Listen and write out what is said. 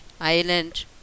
island